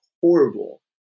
horrible